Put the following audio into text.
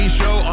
show